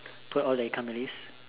pour all the ikan bilis